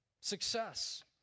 success